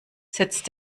setzt